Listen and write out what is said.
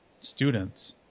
students